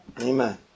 Amen